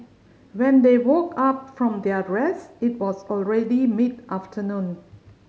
when they woke up from their rest it was already mid afternoon